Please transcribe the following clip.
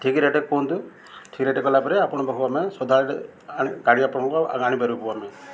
ଠିକ୍ ରେଟ୍ କୁହନ୍ତୁ ଠିକ୍ ରେଟ୍ କଲା ପରେ ଆପଣ ପାଖକୁ ଆମେ ସଦାବେଳେ ଗାଡ଼ି ଆପଣଙ୍କୁ ଆଣିପାରିବୁ ଆମେ